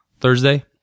Thursday